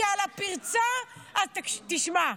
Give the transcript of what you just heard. כי על הפרצה, תשמע,